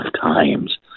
times